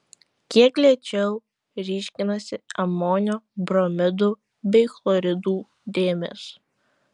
kiek lėčiau ryškinasi amonio bromidų bei chloridų dėmės